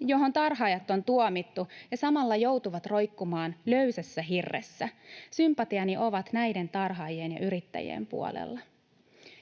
johon tarhaajat on tuomittu ja samalla joutuvat roikkumaan löysässä hirressä. Sympatiani ovat näiden tarhaajien ja yrittäjien puolella.